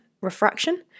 refraction